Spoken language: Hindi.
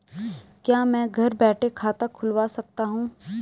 क्या मैं घर बैठे खाता खुलवा सकता हूँ?